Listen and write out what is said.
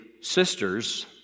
sisters